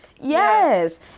yes